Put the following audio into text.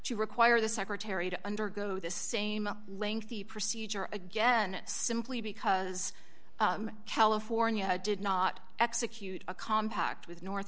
to require the secretary to undergo the same lengthy procedure again simply because california did not execute a compact with north